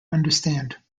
understand